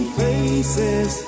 faces